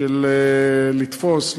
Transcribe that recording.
של לתפוס,